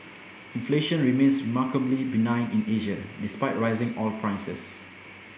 inflation remains remarkably benign in Asia despite rising oil prices